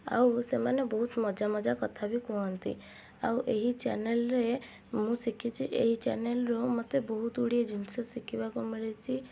ଆଉ ସେମାନେ ବହୁତ ମଜା ମଜା କଥା ବି କୁହନ୍ତି ଆଉ ଏହି ଚ୍ୟାନେଲ୍ରେ ମୁଁ ଶିଖିଛି ଏହି ଚ୍ୟାନେଲ୍ରୁ ମୋତେ ବହୁତଗୁଡ଼ିଏ ଜିନିଷ ଶିଖିବାକୁ ମିଳିଛି